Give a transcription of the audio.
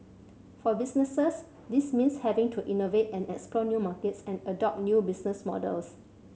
for businesses this means having to innovate and explore new markets and adopt new business models